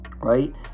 right